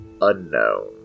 unknown